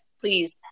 please